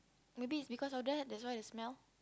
maybe because of that that's why it smell